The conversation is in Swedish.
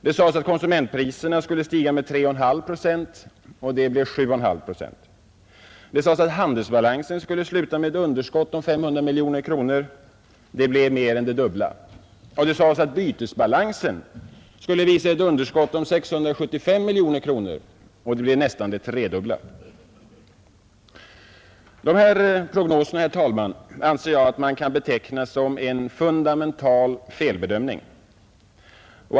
Det sades att konsumentpriserna skulle stiga med 3,5 procent. Det blev 7,5 procent. Det sades att handelsbalansen skulle sluta med ett underskott på 500 miljoner kronor. Det blev mer än det dubbla. Det sades att bytesbalansen skulle uppvisa ett underskott på 675 miljoner kronor. Det blev nästan det tredubbla. Dessa prognoser, herr talman, anser jag att man kan beteckna som en fundamental felbedömning.